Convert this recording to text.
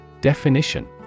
Definition